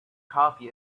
coffee